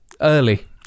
Early